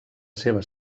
seva